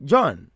John